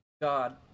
God